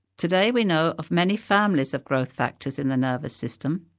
today we know of many families of growth factors in the nervous system.